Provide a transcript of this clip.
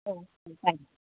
thank you